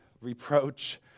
reproach